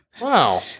Wow